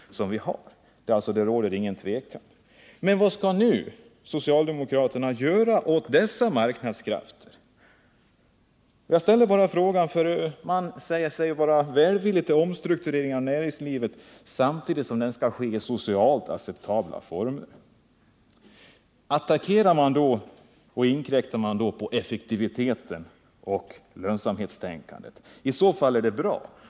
Därom råder ingen tvekan. Vad skall nu socialdemokraterna göra åt dessa marknadskrafter? Man säger sig vara välvillig till omstrukturering av arbetsmarknaden, samtidigt som den skall ske i socialt acceptabla former. Innebär detta att man är beredd att attackera och inskränka på effektivitetsoch lönsamhetstänkandet? I så fall är det bra.